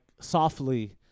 softly